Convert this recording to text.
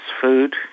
food